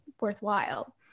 worthwhile